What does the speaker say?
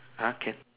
uh can